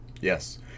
Yes